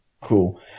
Cool